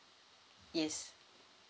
yes